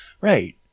right